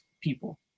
people